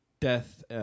death